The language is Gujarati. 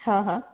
હં હં